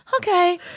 okay